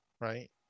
right